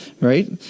right